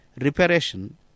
reparation